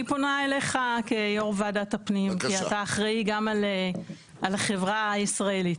אני פונה אליך כיו"ר ועדת הפנים כי אתה אחראי גם על החברה הישראלית.